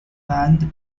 band